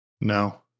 No